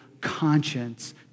conscience